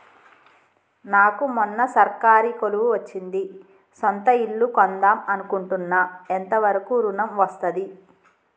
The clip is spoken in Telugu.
నాకు మొన్న సర్కారీ కొలువు వచ్చింది సొంత ఇల్లు కొన్దాం అనుకుంటున్నా ఎంత వరకు ఋణం వస్తది?